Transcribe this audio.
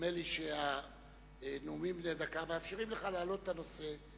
נדמה לי שהנאומים בני דקה מאפשרים לך להעלות את הנושא.